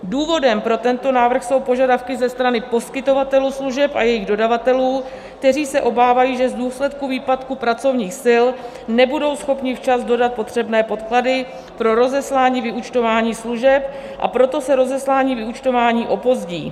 Důvodem pro tento návrh jsou požadavky ze strany poskytovatelů služeb a jejich dodavatelů, kteří se obávají, že v důsledku výpadku pracovních sil nebudou schopni včas dodat potřebné podklady pro rozeslání vyúčtování služeb, a proto se rozeslání vyúčtování opozdí.